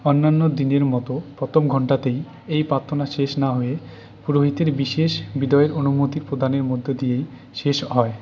অন্যান্য দিনের মতো প্রথম ঘন্টাতেই এই প্রার্থনা শেষ না হয়ে পুরোহিতের বিশেষ বিদায়ের অনুমতি প্রদানের মধ্যে দিয়ে শেষ হয়